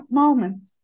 moments